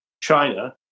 China